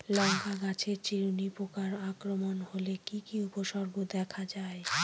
লঙ্কা গাছের চিরুনি পোকার আক্রমণ হলে কি কি উপসর্গ দেখা যায়?